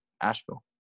Asheville